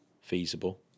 feasible